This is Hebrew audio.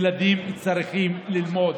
ילדים צריכים ללמוד.